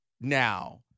now